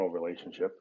relationship